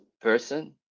person